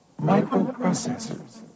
microprocessors